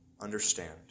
understand